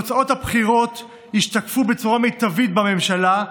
תוצאות הבחירות ישתקפו בצורה מיטבית בממשלה,